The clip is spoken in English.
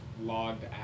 logged